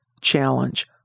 challenge